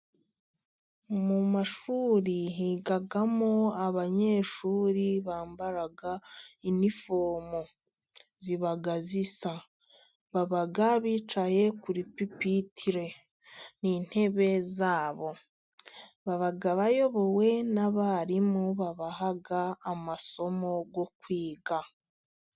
Mu mashuri higamo abanyeshuri bambara inifomu ziba zisa. Baba bicaye kuri pipitere. Ni intebe zabo. Baba bayobowe n'abarimu babaha amasomo yo kwiga.